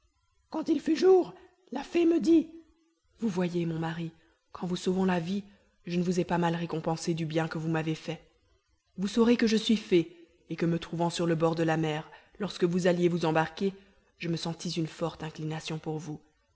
quand il fut jour la fée me dit vous voyez mon mari qu'en vous sauvant la vie je ne vous ai pas mal récompensé du bien que vous m'avez fait vous saurez que je suis fée et que me trouvant sur le bord de la mer lorsque vous alliez vous embarquer je me sentis une forte inclination pour vous